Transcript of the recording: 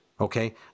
okay